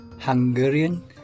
Hungarian